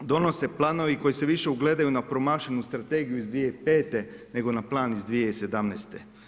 Donose planove koji se više ugledaju na promašenu strategiju iz 2005. nego na plan iz 2017.